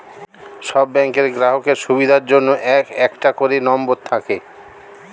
সব ব্যাংকের গ্রাহকের সুবিধার জন্য একটা করে নম্বর থাকে